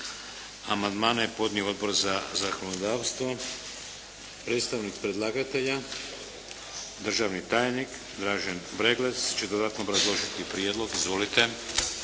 Amandmane je podnio Odbor za zakonodavstvo. Predstavnik predlagatelja državni tajnik Dražen Breglec će dodatno obrazložiti prijedlog. Izvolite.